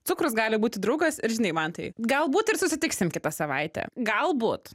cukrus gali būti draugas ir žinai mantai galbūt ir susitiksim kitą savaitę galbūt